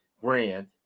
grand